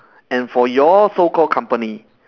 and for your so called company